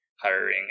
hiring